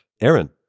Aaron